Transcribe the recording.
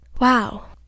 Wow